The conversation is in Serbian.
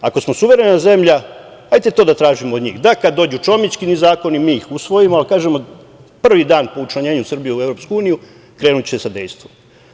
Ako smo suverena zemlja, hajde da to tražimo od njih, da kada dođu Čomićkini zakoni mi ih usvojimo, kažemo – prvi dan po učlanjenju Srbije u EU krenuće sa dejstvom.